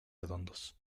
redondos